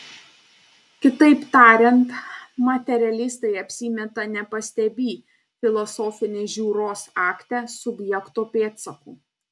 kitaip tariant materialistai apsimeta nepastebį filosofinės žiūros akte subjekto pėdsakų